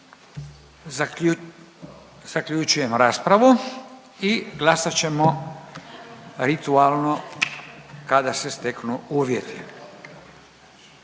zaključujem raspravu. Glasat ćemo kada se steknu uvjeti.